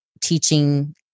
teaching